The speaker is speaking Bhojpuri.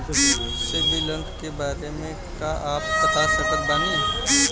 सिबिल अंक के बारे मे का आप बता सकत बानी?